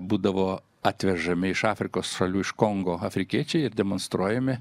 būdavo atvežami iš afrikos šalių iš kongo afrikiečiai ir demonstruojami